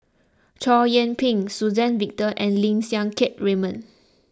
Chow Yian Ping Suzann Victor and Lim Siang Keat Raymond